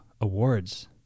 awards